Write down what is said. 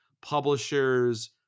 publishers